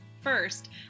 First